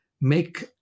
make